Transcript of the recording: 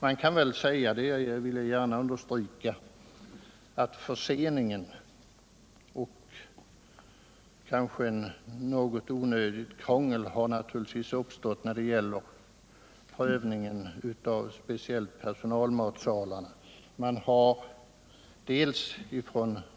Jag vill understryka att ett något onödigt krångel i samband med prövningen har bidragit till förseningen, speciellt när det gäller personalmatsalarna.